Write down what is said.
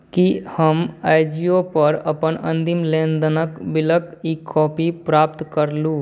की हम आजिओपर अपन अन्तिम लेनदेनके बिलके ई कॉपी प्राप्त केलहुँ